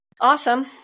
Awesome